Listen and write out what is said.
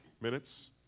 minutes